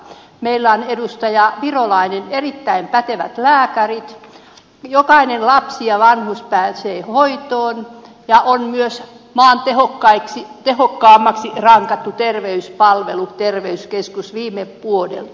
meillä on edustaja virolainen erittäin pätevät lääkärit jokainen lapsi ja vanhus pääsee hoitoon ja on myös maan tehokkaimmaksi rankattu terveyspalvelu terveyskeskus viime vuodelta